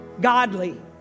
godly